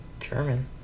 German